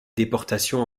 déportation